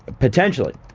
potentially.